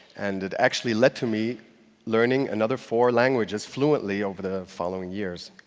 and it actually led to me learning another four languages fluently over the following years.